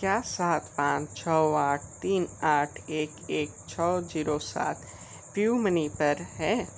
क्या सात पाँच छः आठ तीन आठ एक एक छः जीरो सात पियूमनी पर है